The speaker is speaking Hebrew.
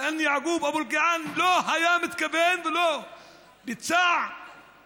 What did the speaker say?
(אומר בערבית: שכן) יעקוב אבו אלקיעאן לא התכוון ולא ביצע פיגוע,